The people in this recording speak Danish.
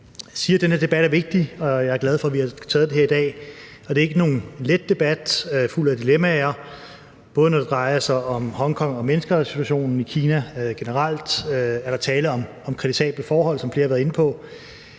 sige, at den her debat er vigtig, og at jeg er glad for, at vi har taget den her i dag. Det er ikke nogen let debat; den er fuld af dilemmaer. Både når det drejer sig om Hongkong og om menneskerettighedssituationen i Kina generelt, er der tale om kritisable forhold, sådan som flere har været inde på.